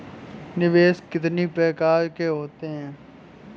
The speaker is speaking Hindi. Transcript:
निवेश कितनी प्रकार के होते हैं?